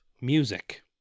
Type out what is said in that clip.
Music